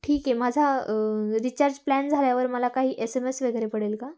ठीक आहे माझा रिचार्ज प्लॅन झाल्यावर मला काही एस एम एस वगैरे पडेल का